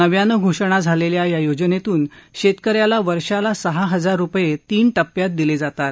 नव्यानं घोषणा झालेल्या या योजनेतून शेतक याला वर्षाला सहा हजार रुपये तीन टप्प्यात दिले जातात